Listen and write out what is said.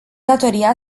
datoria